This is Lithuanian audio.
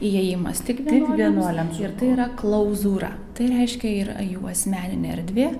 įėjimas tik vienuoliams ir tai yra klauzūra tai reiškia yra jų asmeninė erdvė